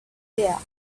there